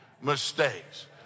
mistakes